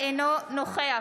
אינו נוכח